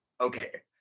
okay